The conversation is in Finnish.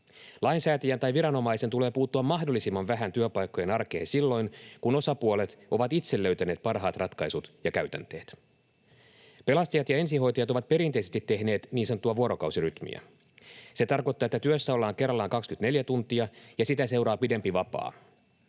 Lainsäätäjän tai viranomaisen tulee puuttua mahdollisimman vähän työpaikkojen arkeen silloin, kun osapuolet ovat itse löytäneet parhaat ratkaisut ja käytänteet. Pelastajat ja ensihoitajat ovat perinteisesti tehneet niin sanottua vuorokausirytmiä. Se tarkoittaa, että työssä ollaan kerrallaan 24 tuntia ja sitä seuraa pidempi vapaa.